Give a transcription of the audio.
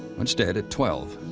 instead, at twelve,